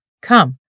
Come